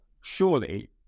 Surely